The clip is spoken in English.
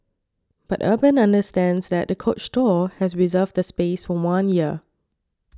but Urban understands that the Coach store has reserved the space for one year